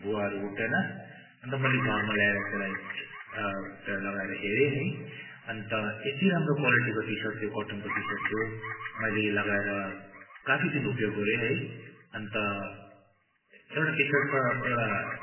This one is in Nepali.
भुवाहरू उठ्दैन अन्त मैले घरमा ल्याएर त्यसलाई त्यसलाई लगाएर हेरेँ है अन्त यति राम्रो क्वालिटीको टिसर्ट त्यो कटनको टिसर्ट थियो मैले लगाएर काफी दिन उपयोग गरेँ है अन्त एउटा टिसर्ट त एउटा